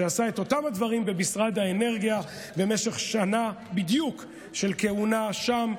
שעשה את אותם הדברים במשרד האנרגיה במשך שנה בדיוק של כהונה שם,